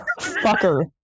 fucker